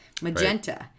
magenta